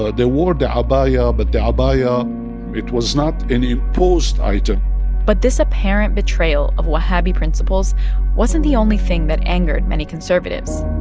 ah they wore the abaya, but the abaya it was not any posed item but this apparent betrayal of wahhabi principles wasn't the only thing that angered many conservatives.